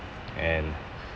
and